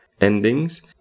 endings